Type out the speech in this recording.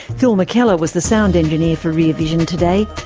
phil mckellar was the sound engineer for rear vision today.